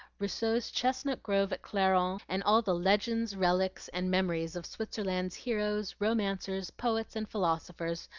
rousseau's chestnut grove at clarens, and all the legends, relics, and memories of switzerland's heroes, romancers, poets, and philosophers,